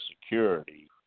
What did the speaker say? security